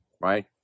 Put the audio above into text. right